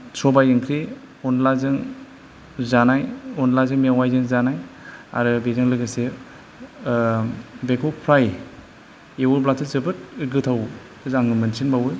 सबाइ ओंख्रि अनद्लाजों जानाय अनद्लाजों मेवायजों जानाय आरो बेजों लोगोसे बेखौ फ्राय एवोब्लाथ' जोबोद गोथाव मोजां मोनसिन बावो